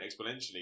exponentially